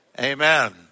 Amen